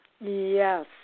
Yes